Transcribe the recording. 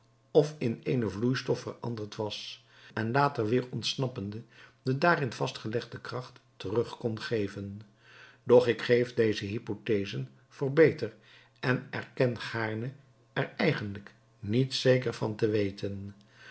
of in eene vloeistof veranderd was en later weder ontsnappende de daarin vastgelegde kracht terug kon geven doch ik geef deze hypothesen voor beter en erken gaarne er eigenlijk niets zeker van te weten